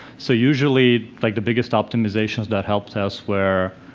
so usually like the biggest optimizations that helped us were,